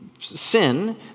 sin